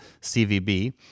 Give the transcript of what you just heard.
CVB